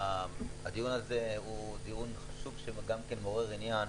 הדיון הזה הוא דיון חשוב וגם מעורר עניין,